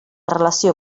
relació